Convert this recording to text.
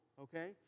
okay